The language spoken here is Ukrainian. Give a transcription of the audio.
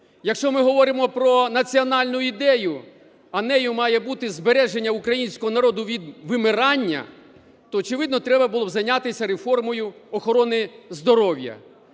Якщо ми говоримо про національну ідею, а нею має бути збереження українського народу від вимирання, то, очевидно, треба було б зайнятися реформою охорони здоров'я.